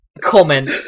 Comment